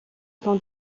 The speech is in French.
fin